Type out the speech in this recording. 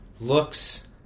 looks